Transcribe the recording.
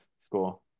school